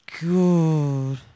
Good